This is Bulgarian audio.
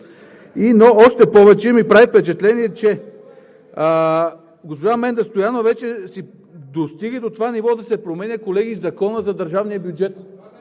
Още повече ми прави впечатление, че госпожа Менда Стоянова достига до това ниво да се променя, колеги, Законът за държавния бюджет.